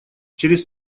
через